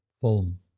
film